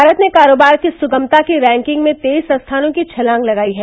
भारत ने कारोबार की सुगमता की रैंकिंग में तेईस स्थानों की छलांग लगाई है